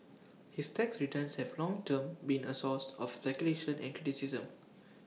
his tax returns have long turn been A source of speculation and criticism